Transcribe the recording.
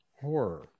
horror